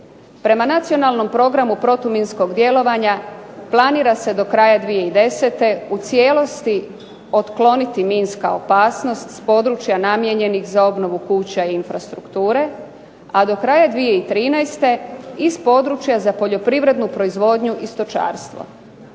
Prema Nacionalnom programu protuminskog djelovanja planira se do kraja 2010. u cijelosti otkloniti minska opasnost s područja namijenjenih za obnovu kuća i infrastrukture, a do kraja 2013. iz područja za poljoprivrednu proizvodnju i stočarstvo.